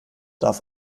darf